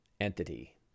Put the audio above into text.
entity